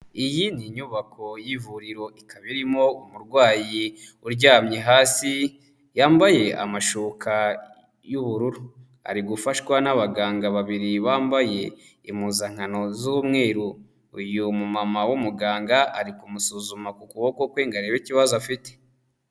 Iyi ni inyubako y'ivuriro ikaba irimo umurwayi uryamye hasi, yambaye amashuka y'ubururu, ari gufashwa n'abaganga babiri bambaye impuzankano z'umweru, uyu mumama w'umuganga ari kumusuzuma ku kuboko kwe ngo arebe ikibazo afite.